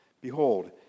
Behold